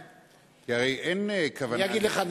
כי הרי אין כוונה, אני אגיד לך.